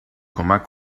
کمک